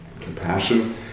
compassion